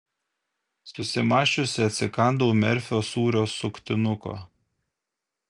susimąsčiusi atsikandau merfio sūrio suktinuko